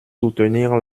soutenir